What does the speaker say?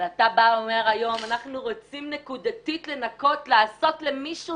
אבל אתה אומר היום: אנחנו רוצים נקודתית לעזור למישהו,